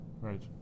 Right